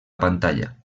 pantalla